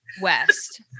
West